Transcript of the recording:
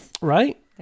right